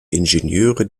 ingenieure